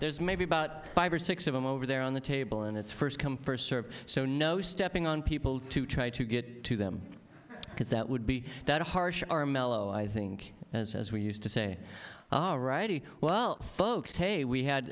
there's maybe about five or six of them over there on the table and it's first come first served so no stepping on people to try to get to them because that would be that harsh are mellow i think as as we used to say all righty well folks hey we had